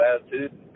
attitude